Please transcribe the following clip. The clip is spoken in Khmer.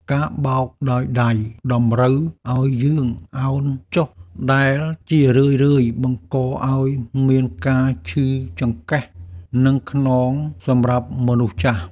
ការបោកដោយដៃតម្រូវឱ្យយើងអោនចុះដែលជារឿយៗបង្កឱ្យមានការឈឺចង្កេះ និងខ្នងសម្រាប់មនុស្សចាស់។